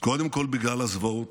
קודם כול בגלל הזוועות,